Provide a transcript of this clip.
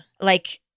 like-